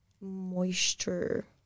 moisture